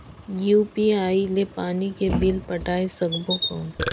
UPI ले पानी के बिल पटाय सकबो कौन?